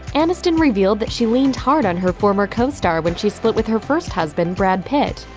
aniston revealed that she leaned hard on her former co-star when she split with her first husband, brad pitt.